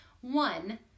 One